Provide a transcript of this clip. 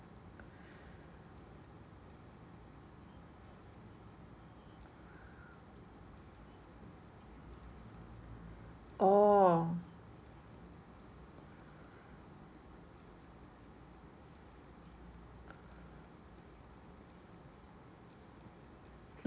orh